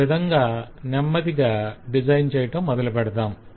ఆ విధంగా నెమ్మదిగా డిజైన్ చేయటం మొదలుపెడదాం